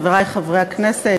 חברי חברי הכנסת,